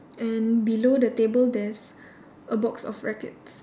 and below the table there's a box of rackets